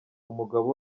umugabo